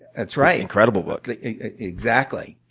that's right. incredible book. like exactly.